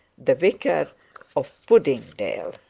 the vicar of puddingdale.